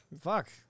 fuck